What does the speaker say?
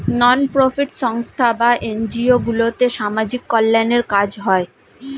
নন profit সংস্থা বা NGO গুলোতে সামাজিক কল্যাণের কাজ হয়